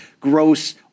gross